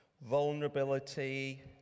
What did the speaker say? vulnerability